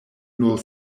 nur